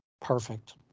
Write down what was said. Perfect